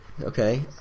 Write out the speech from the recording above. Okay